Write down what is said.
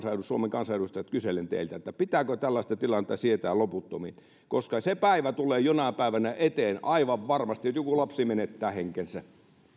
suomen kansanedustajat kyselen teiltä pitääkö tällaista tilannetta sietää loputtomiin koska se päivä tulee jonain päivänä eteen aivan varmasti että joku lapsi menettää henkensä